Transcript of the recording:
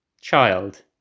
child